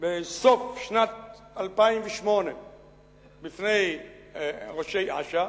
בסוף שנת 2008 בפני ראשי אש"ף,